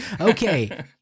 okay